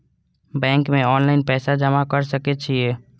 Bank में online पैसा जमा कर सके छीये?